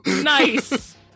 Nice